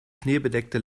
schneebedeckte